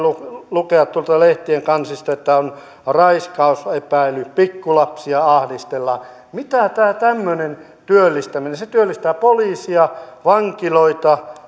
lukea tuolta lehtien kansista että on raiskausepäily pikkulapsia ahdistellaan mitä tämä tämmöinen työllistäminen on se työllistää poliisia vankiloita